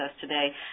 today